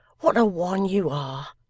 what a one you are!